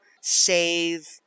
save